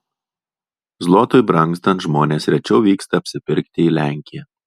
zlotui brangstant žmonės rečiau vyksta apsipirkti į lenkiją